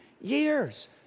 years